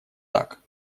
так